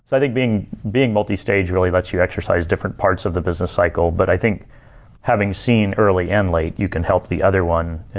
so i think being being multi-stage really lets you exercise different parts of the business cycle. but i think having seen early and late, you can help the other one